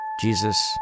Jesus